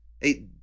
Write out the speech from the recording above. hey